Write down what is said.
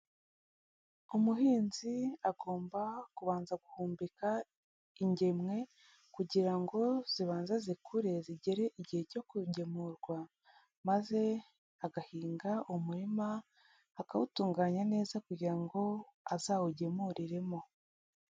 Umuhinzi agomba kubanza guhumbika ingemwe kugira ngo zibanze zikure zigere igihe cyo kugemurwa, maze agahinga umurima akawutunganya neza kugira ngo azawugemuriremo.